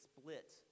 split